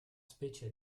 specie